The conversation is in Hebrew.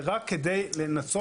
זה רק כדי לנסות ולסייע.